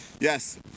Yes